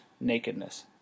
nakedness